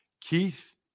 keith